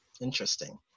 interesting